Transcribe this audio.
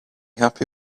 happy